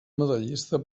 medallista